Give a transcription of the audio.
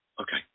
Okay